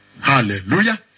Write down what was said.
hallelujah